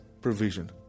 provision